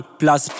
plus